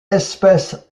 espèce